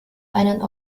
einen